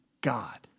God